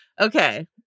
Okay